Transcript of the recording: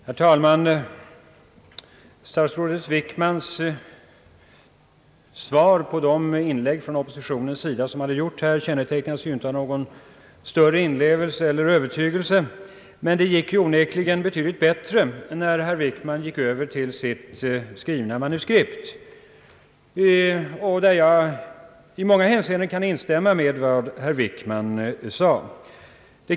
Herr talman! Statsrådet Wickmans svar på inläggen från oppositionens sida kännetecknas inte av någon större inlevelse eller övertygelse, men det blev onekligen betydligt bättre när herr Wickman gick över till sitt manuskript. I många hänseenden kan jag instäm ma med vad herr Wickman sade.